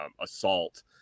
assault